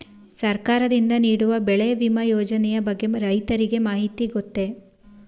ಸರ್ಕಾರದಿಂದ ನೀಡುವ ಬೆಳೆ ವಿಮಾ ಯೋಜನೆಯ ಬಗ್ಗೆ ರೈತರಿಗೆ ಮಾಹಿತಿ ಗೊತ್ತೇ?